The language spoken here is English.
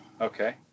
Okay